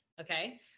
Okay